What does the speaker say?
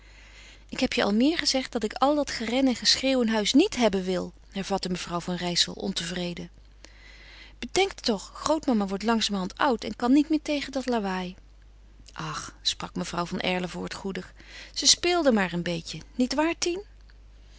ik heb je al meer gezegd dat ik al dat geren en geschreeuw in huis niet hebben wil hervatte mevrouw van rijssel ontevreden bedenkt toch grootmama wordt langzamerhand oud en kan niet meer tegen dat lawaai ach sprak mevrouw van erlevoort goedig ze speelden maar een beetje nietwaar tien